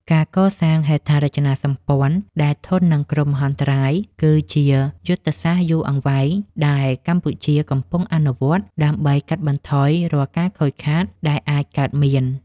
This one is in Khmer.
ការកសាងហេដ្ឋារចនាសម្ព័ន្ធដែលធន់នឹងគ្រោះមហន្តរាយ គឺជាយុទ្ធសាស្ត្រយូរអង្វែងដែលកម្ពុជាកំពុងអនុវត្ត ដើម្បីកាត់បន្ថយរាល់ការខូចខាតដែលអាចកើតមាន។